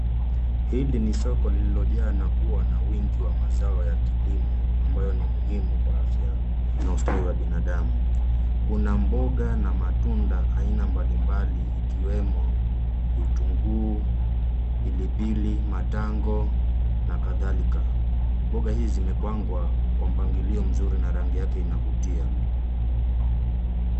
Hili ni soko lililojaa na kuwa na wingi wa mazao ya kilimo ambayo ni muhimu kwa afya na ustawi wa binadamu. Kuna mboga na matunda aina mbalimbali ikiwemo vitunguu, pilipili, matango na kadhalika. Mboga hizi zimepangwa kwa mpangilio mzuri na rangi yake inavutia mno.